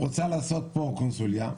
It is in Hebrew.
רוצה לעשות פה קונסוליה.